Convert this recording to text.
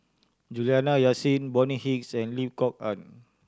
Juliana Yasin Bonny Hicks and Lim Kok Ann